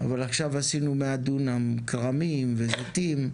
אבל עכשיו עשינו 100 דונם כרמים וזיתים,